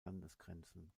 landesgrenzen